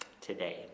today